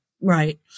Right